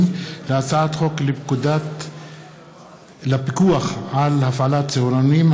להצעת חוק לפיקוח על הפעלת צהרונים,